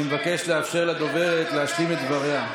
אני מבקש לאפשר לדוברת להשלים את דבריה.